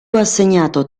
assegnato